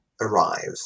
arrive